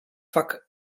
vak